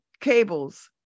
cables